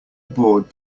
bored